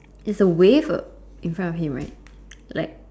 it's a wave in front of him right like